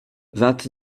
vingt